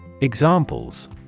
Examples